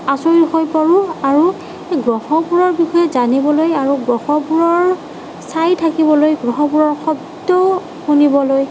আচৰিত হৈ পৰোঁ আৰু গ্ৰহবোৰৰ বিষয়ে জানিবলৈ আৰু গ্ৰহবোৰক চাই থাকিবলৈ গ্ৰহবোৰৰ শব্দও শুনিবলৈ